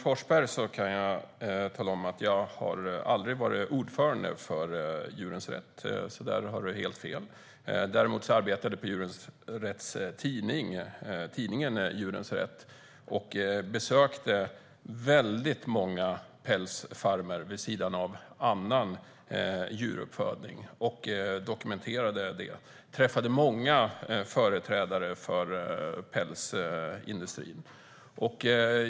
Fru talman! Jag har aldrig varit ordförande för Djurens rätt, Anders Forsberg, så där har du fel. Däremot arbetade jag på Djurens rätts tidning och besökte många pälsfarmer, vid sidan av annan djuruppfödning, och dokumenterade dem. Jag träffade många företrädare för pälsindustrin.